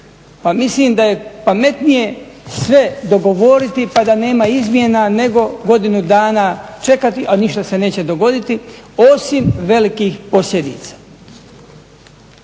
mislim da je pametnije sve dogovoriti pa da nema izmjena, nego godinu dana čekati, a ništa se neće dogoditi osim velikih posljedica.